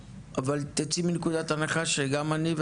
תצאי מנקודת הנחה שגם אני,